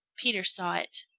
peter saw it.